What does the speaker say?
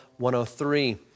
103